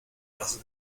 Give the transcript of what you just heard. las